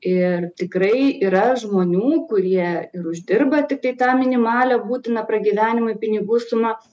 ir tikrai yra žmonių kurie ir uždirba tiktai tą minimalią būtiną pragyvenimui pinigų sumą